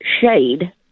shade